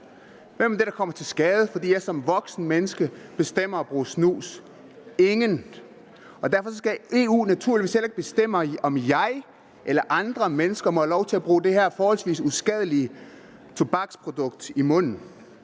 Hvem er det, der kommer til skade, fordi jeg som et voksent menneske bestemmer mig for at bruge snus? Ingen. Derfor skal EU naturligvis heller ikke bestemme, om jeg eller andre mennesker må have lov til at putte det her forholdsvis uskadelige tobaksprodukt i munden.